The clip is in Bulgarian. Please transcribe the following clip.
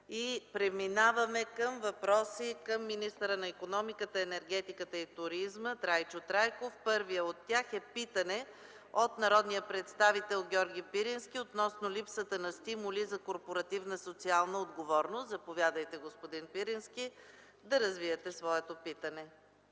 Преминаваме към въпроси към министъра на икономиката, енергетиката и туризма Трайчо Трайков. Първият е питане от народния представител Георги Пирински относно липсата на стимули за корпоративна социална отговорност. Господин Пирински, заповядайте да развиете своето питане.